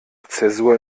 zäsur